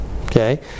Okay